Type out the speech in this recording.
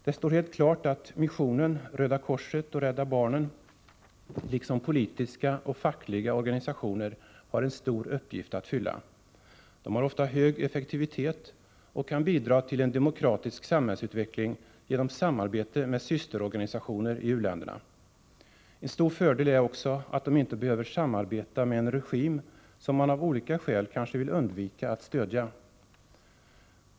Det står helt klart att missionen, Röda korset och Rädda barnen liksom politiska och fackliga organisationer har en stor uppgift att fylla. De har ofta hög effektivitet och kan bidra till en demokratisk samhällsutveckling genom samarbete med systerorganisationer i u-länderna. En stor fördel är också att de inte behöver samarbeta med en regim, som de av olika skäl kanske vill undvika att stödja.